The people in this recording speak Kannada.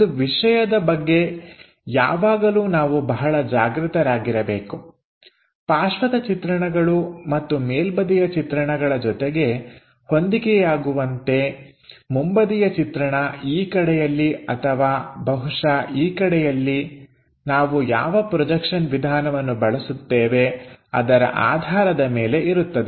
ಒಂದು ವಿಷಯದ ಬಗ್ಗೆಯಾವಾಗಲೂ ನಾವು ಬಹಳ ಜಾಗೃತರಾಗಿರಬೇಕು ಪಾರ್ಶ್ವದ ಚಿತ್ರಣಗಳು ಮತ್ತು ಮೇಲ್ಬದಿಯ ಚಿತ್ರಣಗಳ ಜೊತೆಗೆ ಹೊಂದಿಕೆಯಾಗುವಂತೆ ಮುಂಬದಿಯ ಚಿತ್ರಣ ಈ ಕಡೆಯಲ್ಲಿ ಅಥವಾ ಬಹುಶಃ ಈ ಕಡೆಯಲ್ಲಿ ನಾವು ಯಾವ ಪ್ರೊಜೆಕ್ಷನ್ ವಿಧಾನವನ್ನು ಬಳಸುತ್ತೇವೆ ಅದರ ಆಧಾರದ ಮೇಲೆ ಇರುತ್ತದೆ